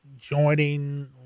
joining